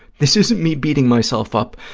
this isn't me beating myself up.